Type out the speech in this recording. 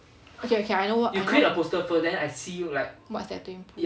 okay okay I know what what's that thing